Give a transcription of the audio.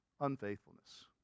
unfaithfulness